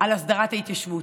על הסדרת ההתיישבות.